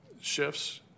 shifts